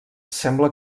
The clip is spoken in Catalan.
sembla